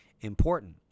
important